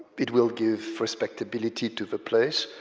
it will give respectability to the place,